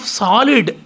solid